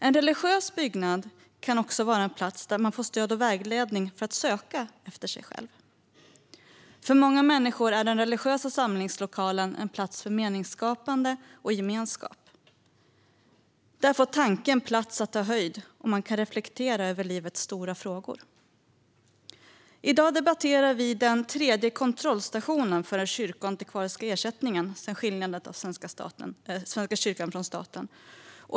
En religiös byggnad kan vara en plats där man får stöd och vägledning för att söka efter sig själv. För många människor är den religiösa samlingslokalen en plats för meningsskapande och gemenskap. Där kan tanken ta höjd, och man kan reflektera över livets stora frågor. I dag debatterar vi den tredje kontrollstationen för den kyrkoantikvariska ersättningen sedan skiljandet av Svenska kyrkan från staten.